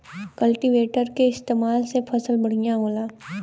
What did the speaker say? cultivator के इस्तेमाल से फसल बढ़िया होला